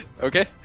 Okay